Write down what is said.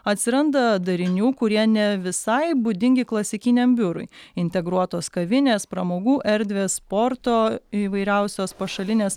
atsiranda darinių kurie ne visai būdingi klasikiniam biurui integruotos kavinės pramogų erdvės sporto įvairiausios pašalinės